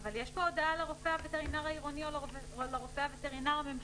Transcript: אבל יש פה הודעה לרופא הווטרינר העירוני או לרופא הווטרינר הממשלתי.